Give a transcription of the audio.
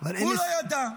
הוא לא ידע.